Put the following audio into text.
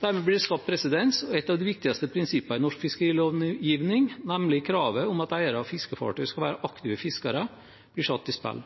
Dermed blir det skapt presedens, og et av de viktigste prinsippene i norsk fiskerilovgivning, nemlig kravet om at eiere av fiskefartøy skal være aktive fiskere, blir satt i spill.